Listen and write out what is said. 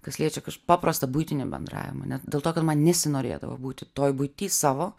kas liečia paprastą buitinį bendravimą dėl to kad man nesinorėdavo būti toj buity savo